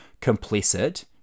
complicit